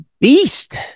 beast